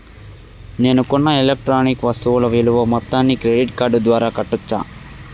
నేను కొన్న ఎలక్ట్రానిక్ వస్తువుల విలువ మొత్తాన్ని క్రెడిట్ కార్డు ద్వారా కట్టొచ్చా?